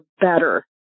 better